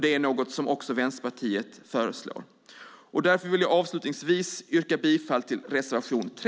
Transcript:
Det är något som också Vänsterpartiet föreslår. Därför vill jag avslutningsvis yrka bifall till reservation 3.